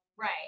Right